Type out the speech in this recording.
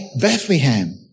Bethlehem